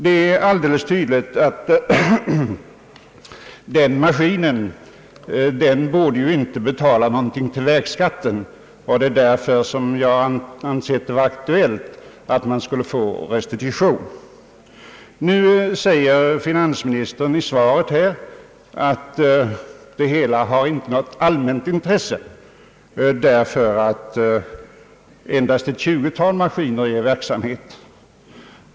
Det är alldeles tydligt att man för denna maskin inte borde betala någonting till vägskatten, och det är därför som jag har ansett det aktuellt att begära skatterestitution. Nu säger finansministern i svaret att denna fråga inte har allmänt intresse, eftersom endast ett tjugutal sådana här maskiner är i verksamhet.